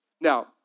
Now